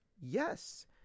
yes